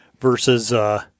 versus